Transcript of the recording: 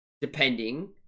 Depending